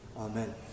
Amen